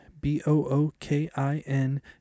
B-O-O-K-I-N